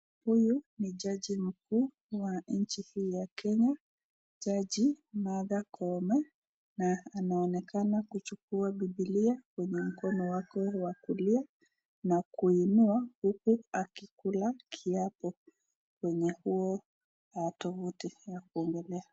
Huyu ni jaji mkuu wa nchi hii ya Kenya, jaji Martha Koome na anaonekana kuchukua Bibilia kwenye mkono wake wa kulia huku akikula kiapo kwenye huo tovuti ya kuongelea.